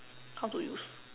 how to use